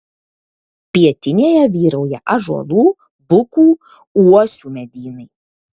pietinėje vyrauja ąžuolų bukų uosių medynai